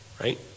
Right